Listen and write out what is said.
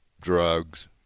drugs